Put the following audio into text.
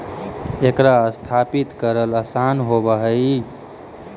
एकरा स्थापित करल आसान होब हई